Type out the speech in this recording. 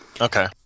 Okay